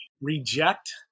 reject